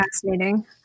fascinating